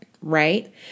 Right